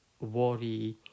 worry